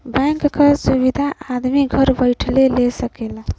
bank क सुविधा आदमी घर बैइठले ले सकला